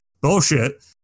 bullshit